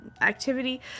activity